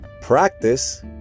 practice